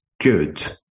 good